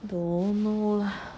don't know lah but